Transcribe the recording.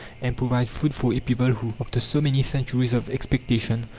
and provide food for a people who, after so many centuries of expectation,